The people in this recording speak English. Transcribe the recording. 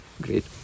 Great